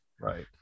right